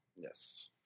Yes